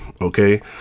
okay